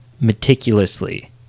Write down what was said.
meticulously